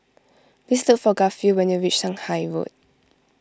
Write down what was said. please look for Garfield when you reach Shanghai Road